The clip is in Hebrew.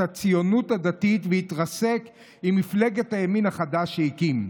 הציונות הדתית והתרסק עם מפלגת הימין החדש שהקים.